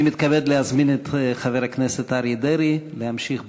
אני מתכבד להזמין את חבר הכנסת אריה דרעי להמשיך בדיון.